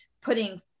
putting